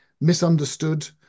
misunderstood